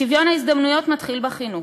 שוויון ההזדמנויות מתחיל בחינוך,